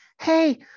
hey